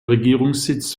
regierungssitz